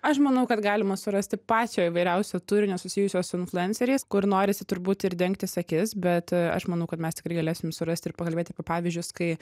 aš manau kad galima surasti pačio įvairiausio turinio susijusio su influenceriais kur norisi turbūt ir dengtis akis bet aš manau kad mes tikrai galėsim surast ir pakalbėt apie pavyzdžius kai